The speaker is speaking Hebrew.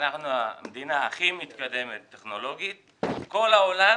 אנחנו המדינה הכי מתקדמת טכנולוגית, כל העולם